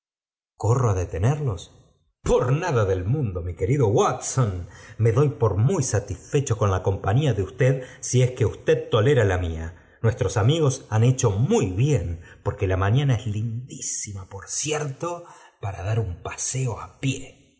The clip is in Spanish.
corro á detenerlos i por nada del mundo mi querido watson i me doy por muy satisfecho con la compañía de usted si es que usted tolera la mía nuestros amigos han hecho muy bien porque la mañana es lindísima por cierto para dar un paseo á pie